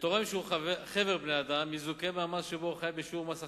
ותורם שהוא חֶבר בני-אדם יזוכה מהמס שבו הוא חייב בשיעור מס החברות,